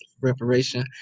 reparation